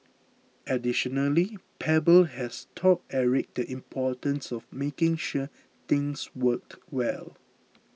additionally Pebble has taught Eric the importance of making sure things worked well